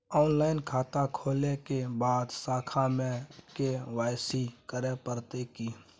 Online खाता खोलै के बाद शाखा में के.वाई.सी करे परतै की?